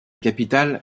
capitale